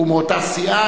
הוא מאותה סיעה.